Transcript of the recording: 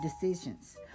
decisions